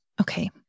Okay